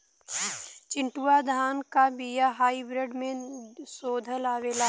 चिन्टूवा धान क बिया हाइब्रिड में शोधल आवेला?